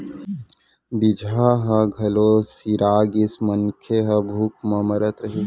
बीजहा ह घलोक सिरा गिस, मनखे ह भूख म मरत रहिस